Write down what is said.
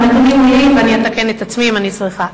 הנתונים ידועים ואני אתקן את עצמי אם אני צריכה.